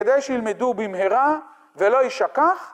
‫כדי שילמדו במהרה ולא יישכח.